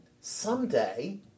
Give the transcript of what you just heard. someday